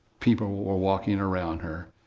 people were walking around her,